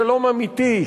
בשלום אמיתי,